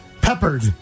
peppered